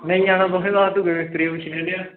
नेईं आना तुसें ते अस दूऐ मिस्त्री गी पुच्छी लैन्ने आं